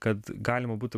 kad galima būtų